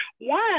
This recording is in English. One